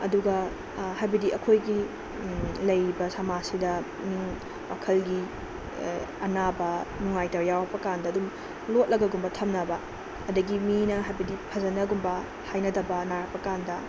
ꯑꯗꯨꯒ ꯍꯥꯏꯕꯗꯤ ꯑꯩꯈꯣꯏꯒꯤ ꯂꯩꯔꯤꯕ ꯁꯃꯥꯖꯁꯤꯗ ꯋꯥꯈꯜꯒꯤ ꯑꯅꯥꯕ ꯅꯨꯡꯉꯥꯏꯇꯕ ꯌꯥꯎꯔꯛꯄ ꯀꯥꯟꯗ ꯑꯗꯨꯝ ꯂꯣꯠꯂꯒꯒꯨꯝꯕ ꯊꯝꯅꯕ ꯑꯗꯒꯤ ꯃꯤꯅ ꯍꯥꯏꯕꯗꯤ ꯐꯖꯅꯒꯨꯝꯕ ꯍꯥꯏꯅꯗꯕ ꯅꯥꯔꯛꯄꯀꯥꯟꯗ